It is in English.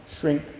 shrink